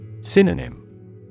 Synonym